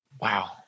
Wow